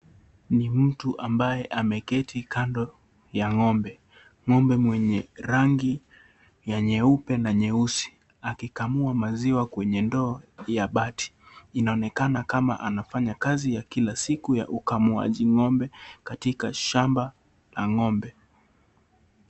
Ni mtu ambaye ameketi kando ya ngombe , ngombe mwenye rangi ya nyeupe na nyeusi akikamua maziwa kwenye ndoo ya bati inaonekanakama anafanya kazi kila siku ya ukamuaji ngombe katika shamba la ngombe.